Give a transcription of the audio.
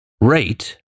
rate